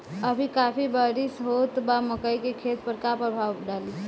अभी काफी बरिस होत बा मकई के खेत पर का प्रभाव डालि?